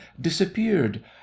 disappeared